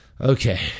Okay